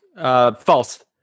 False